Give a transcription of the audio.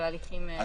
בהליך.".